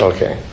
Okay